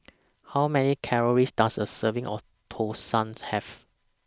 How Many Calories Does A Serving of Thosai Have